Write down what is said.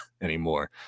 anymore